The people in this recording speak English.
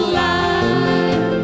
life